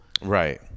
Right